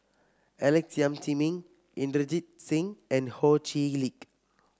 Alex Yam Ziming Inderjit Singh and Ho Chee Lick